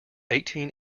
eighteen